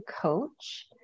coach